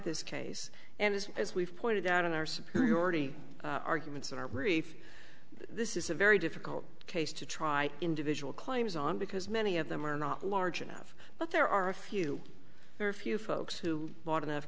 this case and is as we've pointed out in our superior already arguments in our brief this is a very difficult case to try individual claims on because many of them are not large enough but there are a few very few folks who bought enough